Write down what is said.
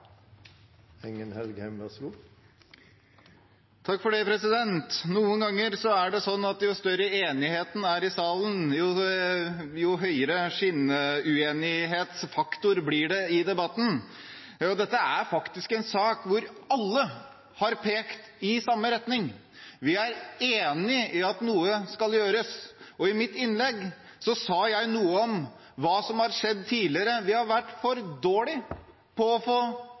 i salen, jo høyere skinnuenighetsfaktor blir det i debatten. Dette er faktisk en sak hvor alle har pekt i samme retning. Vi er enig i at noe skal gjøres. I mitt innlegg sa jeg noe om hva som har skjedd tidligere. Vi har vært for dårlige til å